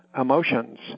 emotions